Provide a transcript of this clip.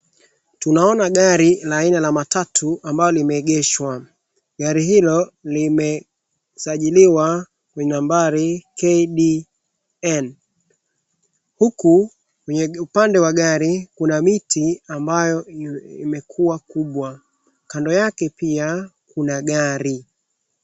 Tunaona gari la aina la matatu ambalo limeegesha, gari hilo limesajiliwa kwa nambari KDL huku kwenye upande wa gari kuna miti ambayo imekua kubwa, kando yake pia kuna gari.